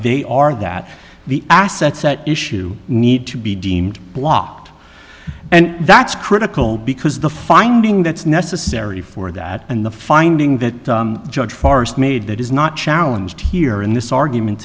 they are that the assets at issue need to be deemed blocked and that's critical because the finding that's necessary for that and the finding that judge forrest made that is not challenge here in this argument